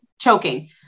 choking